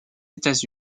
états